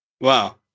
Wow